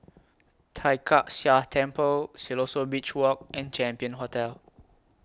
Tai Kak Seah Temple Siloso Beach Walk and Champion Hotel